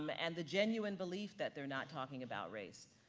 um and the genuine belief that they're not talking about race.